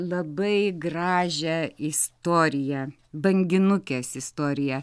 labai gražią istoriją banginukės istoriją